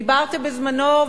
דיברת בזמנו,